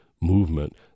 movement